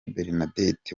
bernadette